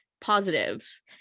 positives